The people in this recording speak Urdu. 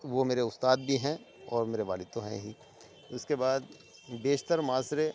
وہ میرے استاد بھی ہیں اور میرے والد تو ہیں ہی اس کے بعد بیشتر معاشرے